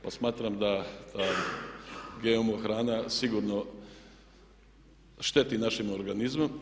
Pa smatram da GMO hrana sigurno šteti našem organizmu.